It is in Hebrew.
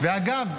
ואגב,